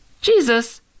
Jesus